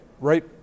right